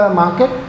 market